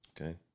Okay